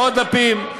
ועוד דפים.